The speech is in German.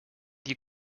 die